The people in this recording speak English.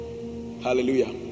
Hallelujah